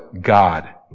God